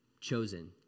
Chosen